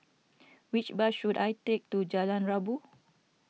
which bus should I take to Jalan Rabu